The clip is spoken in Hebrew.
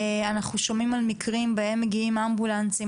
אנחנו שומעים על מקרים בהם מגיעים אמבולנסים